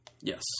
Yes